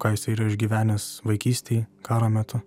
ką jisai yra išgyvenęs vaikystėj karo metu